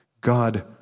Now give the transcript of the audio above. God